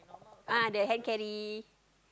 ah the hand carry